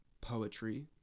poetry